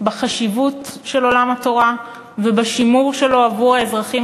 בחשיבות של עולם התורה ובשימור שלו עבור האזרחים